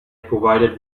provided